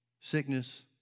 sickness